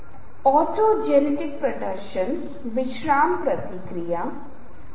आप उन्हें कैसे आदेश देते हैं आपको उसकी देखभाल करने की आवश्यकता है